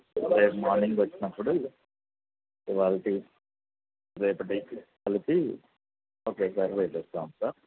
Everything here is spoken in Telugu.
రేపు మార్నింగ్ వచ్చినప్పుడు ఇవాల్టివి రేపటివి కలిపి ఒకేసారి రేపిస్తాను సార్